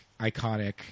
iconic